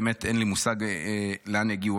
באמת אין לי מושג לאן הגיעו.